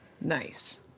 Nice